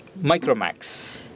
Micromax